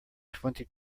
twenty